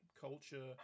culture